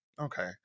Okay